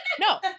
no